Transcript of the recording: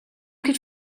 could